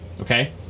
okay